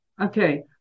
okay